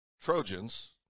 Trojans